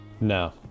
No